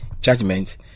judgment